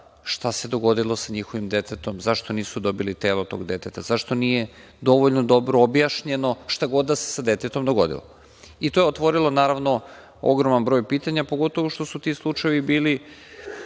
šta se dogodilo sa njihovim detetom, zašto nisu dobili telo tog deteta, zašto nije dovoljno dobro objašnjeno šta god da se sa detetom dogodilo. To je otvorilo, naravno, ogroman broj pitanja, pogotovo što su neki ti slučajevi bili